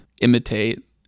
imitate